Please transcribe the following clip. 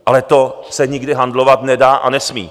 Ale to se nikdy handlovat nedá a nesmí.